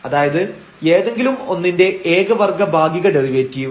അതായത് ഏതെങ്കിലും ഒന്നിന്റെ ഏക വർഗ്ഗ ഭാഗിക ഡെറിവേറ്റീവ്